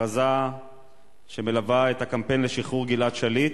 הכרזה שמלווה את הקמפיין לשחרור גלעד שליט.